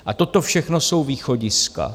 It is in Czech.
A toto všechno jsou východiska.